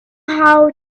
how